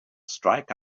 strike